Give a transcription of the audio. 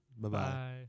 Bye-bye